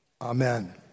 Amen